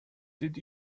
did